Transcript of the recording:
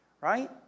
Right